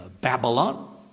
Babylon